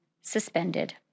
suspended